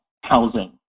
housing